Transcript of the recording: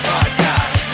Podcast